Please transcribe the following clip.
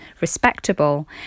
respectable